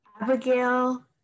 Abigail